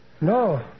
No